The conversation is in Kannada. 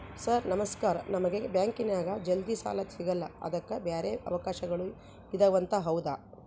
ಸರ್ ನಮಸ್ಕಾರ ನಮಗೆ ಬ್ಯಾಂಕಿನ್ಯಾಗ ಜಲ್ದಿ ಸಾಲ ಸಿಗಲ್ಲ ಅದಕ್ಕ ಬ್ಯಾರೆ ಅವಕಾಶಗಳು ಇದವಂತ ಹೌದಾ?